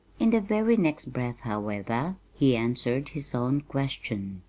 in the very next breath, however, he answered his own question,